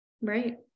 Right